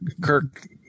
Kirk